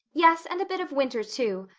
yes, and a bit of winter, too.